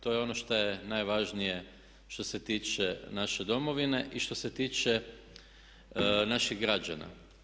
To je ono što je najvažnije što se tiče naše domovine i što se tiče naših građana.